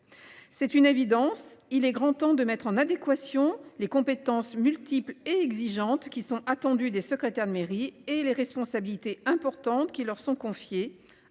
C'est une évidence, il est grand temps de mettre en adéquation les compétences multiples et exigeante qui sont attendus des secrétaires de mairie et les responsabilités importantes qui leur sont confiées